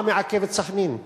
מה מעכב את סח'נין?